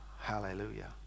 hallelujah